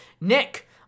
Nick